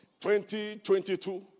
2022